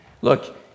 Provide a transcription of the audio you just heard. Look